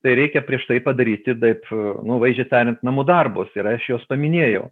tai reikia prieš tai padaryti taip nu vaizdžiai tariant namų darbus ir aš juos paminėjau